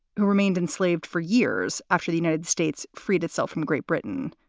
who remained enslaved four years after the united states freed itself from great britain.